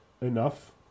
enough